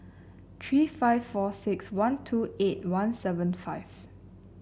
three five four six one two eight one seven five